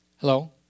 Hello